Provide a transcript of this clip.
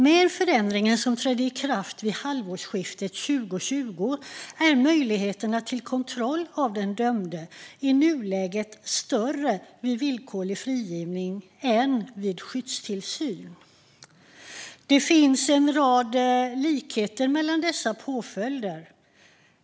Med förändringen som trädde i kraft vid halvårsskiftet 2020 är möjligheterna till kontroll av den dömde i nuläget större vid villkorlig frigivning än vid skyddstillsyn. Det finns en rad likheter mellan dessa påföljder.